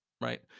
Right